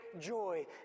joy